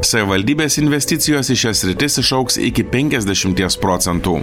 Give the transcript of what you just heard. savivaldybės investicijos į šias sritis išaugs iki penkiasdešimties procentų